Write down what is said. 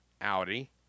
Audi